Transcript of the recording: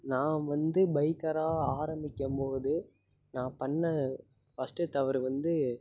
நான் வந்து பைக்கராக ஆரம்பிக்கும் போது நான் பண்ண ஃபர்ஸ்ட்டு தவறு வந்து